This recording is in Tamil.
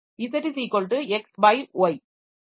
Z X by Y